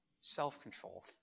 Self-control